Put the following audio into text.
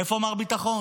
איפה מר ביטחון?